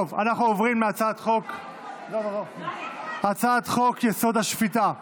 טוב, אנחנו עוברים להצעת חוק-יסוד: השפיטה (תיקון,